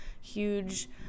huge